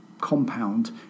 compound